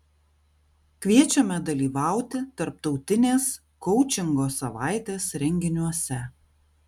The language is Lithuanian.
kviečiame dalyvauti tarptautinės koučingo savaitės renginiuose